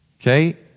Okay